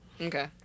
Okay